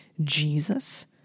Jesus